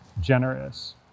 generous